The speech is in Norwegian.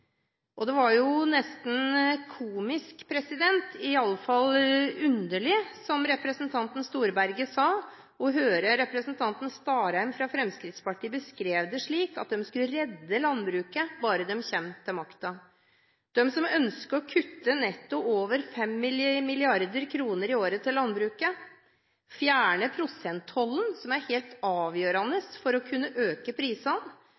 Det var nesten komisk – iallfall underlig, som representanten Storberget sa – å høre representanten Starheim fra Fremskrittspartiet beskrive det slik at de skal redde landbruket bare de kommer til makten. De ønsker å kutte netto over 5 mrd. kr i året til landbruket, fjerne prosenttollen – som er helt avgjørende for å kunne øke prisene